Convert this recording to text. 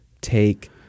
take